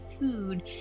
food